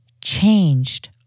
changed